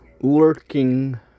lurking